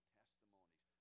testimonies